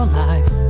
life